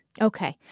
Okay